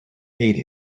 ate